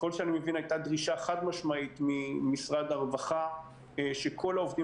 ככל שאני מבין היתה דרישה חד-משמעית ממשרד הרווחה שכל העובדים